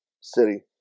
city